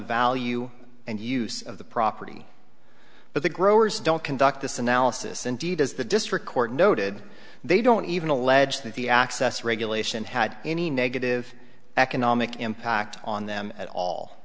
value and use of the property but the growers don't conduct this analysis indeed as the district court noted they don't even allege that the access regulation had any negative economic impact on them at all